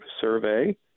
survey